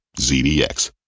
ZDX